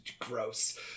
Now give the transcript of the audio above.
gross